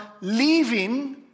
leaving